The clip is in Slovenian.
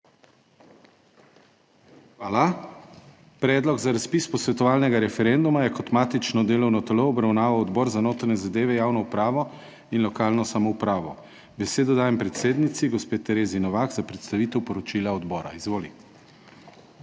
Hvala. Predlog za razpis posvetovalnega referenduma je kot matično delovno telo obravnaval Odbor za notranje zadeve, javno upravo in lokalno samoupravo. Besedo dajem predsednici, gospe Terezi Novak za predstavitev poročila odbora. Izvoli.